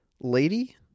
Lady